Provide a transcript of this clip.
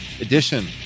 edition